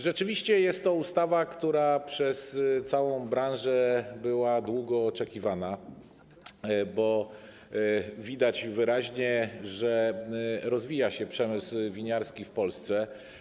Rzeczywiście jest to ustawa, która przez całą branżę była długo oczekiwana, bo widać wyraźnie, że rozwija się przemysł winiarski w Polsce.